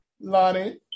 Lonnie